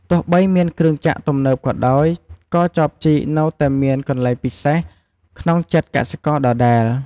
ទោះបីមានគ្រឿងចក្រទំនើបក៏ដោយ ក៏ចបជីកនៅតែមានកន្លែងពិសេសក្នុងចិត្តកសិករដដែល។